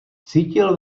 cítil